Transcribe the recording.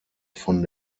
von